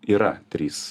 yra trys